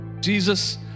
Jesus